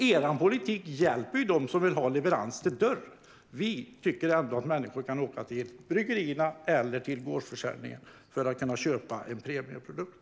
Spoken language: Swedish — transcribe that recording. Er politik hjälper ju dem som vill ha leverans till dörr medan vi tycker att människor kan åka till bryggerier eller gårdsförsäljning för att köpa en premiumprodukt.